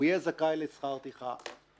הוא יהיה זכאי לשכר טרחה.